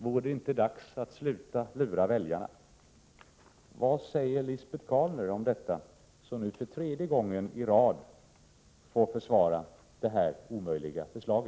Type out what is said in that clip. Vore det inte dags att sluta lura väljarna?” Vad säger Lisbet Calner om detta, då hon för tredje gången i rad får försvara detta omöjliga förslag?